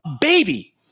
baby